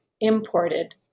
imported